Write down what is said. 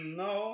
no